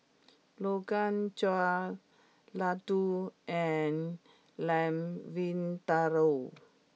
Rogan Josh Ladoo and Lamb Vindaloo